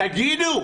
תגידו,